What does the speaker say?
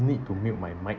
need to mute my mic